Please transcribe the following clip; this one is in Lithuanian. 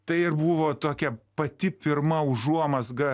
tai ir buvo tokia pati pirma užuomazga